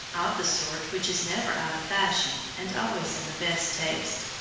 of the sort which is never out of fashion and always in the best taste,